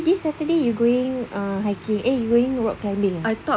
eh this saturday you going ah hiking eh you going rock climbing eh